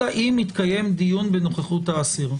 אלא מתקיים דיון בנוכחות האסיר.